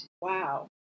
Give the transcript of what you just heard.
Wow